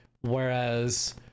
whereas